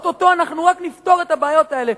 או-טו-טו אנחנו רק נפתור את הבעיות האלה.